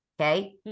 Okay